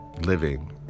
living